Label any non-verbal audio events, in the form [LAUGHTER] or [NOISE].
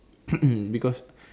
[COUGHS] because